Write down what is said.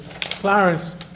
Clarence